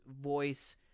voice